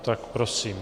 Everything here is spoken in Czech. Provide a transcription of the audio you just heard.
Tak prosím.